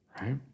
right